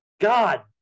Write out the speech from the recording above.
God